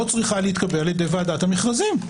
לא צריכה להתקבל על ידי ועדת המכרזים.